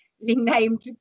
named